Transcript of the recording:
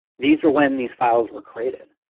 these are when these files were created.